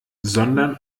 sondern